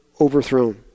overthrown